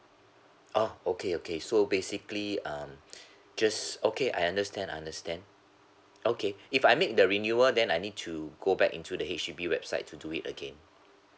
oh okay okay so basically um just okay I understand I understand okay if I make the renewal then I need to go back into the H_D_B website to do it again